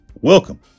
welcome